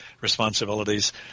responsibilities